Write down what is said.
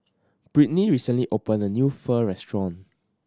Brittnie recently opened a new Pho restaurant